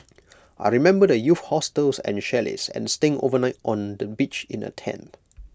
I remember the youth hostels and chalets and staying overnight on the beach in A tent